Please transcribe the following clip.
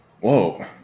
Whoa